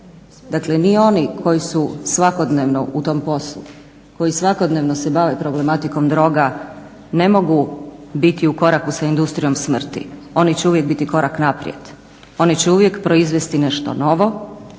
Dakle, ni oni koji su svakodnevno u tom poslu, koji svakodnevno se bave problematikom droga ne mogu biti ukorak sa industrijom smrti. Oni će uvijek biti korak naprijed, oni će uvijek proizvesti nešto novo